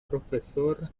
profesor